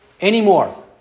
anymore